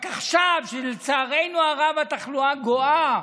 רק עכשיו, כשלצערנו הרב התחלואה גואה,